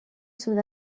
sud